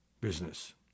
business